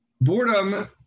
Boredom